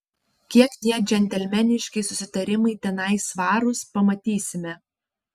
kiek tie džentelmeniški susitarimai tenai svarūs pamatysime